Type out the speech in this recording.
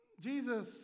Jesus